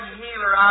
healer